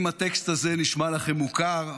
אם הטקסט הזה נשמע לכם מוכר,